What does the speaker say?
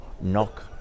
knock